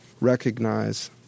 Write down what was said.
recognize